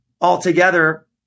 altogether